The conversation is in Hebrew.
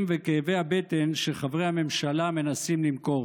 וכאבי הבטן שחברי הממשלה מנסים למכור.